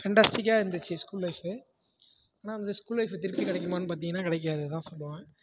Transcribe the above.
ஃபென்டாஸ்டிக்காக இருந்துச்சு school life ஆனால் அந்த ஸ்கூல் லைஃப்பு திருப்பி கிடைக்குமான்னு பார்த்திங்ன்னா கிடைக்காதுன்னு தான் சொல்வேன்